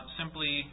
simply